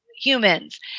humans